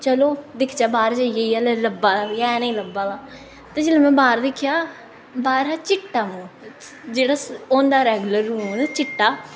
चलो दिक्खचै बाह्र जेइयै इ'यै आह्ला लब्भा दा बी ऐ निं नेईं लब्भा दा ते जिसलै में बाह्र दिक्खेआ बाह्र हा चिट्टा मून जेह्ड़ा होंदा रैड रूड चिट्टा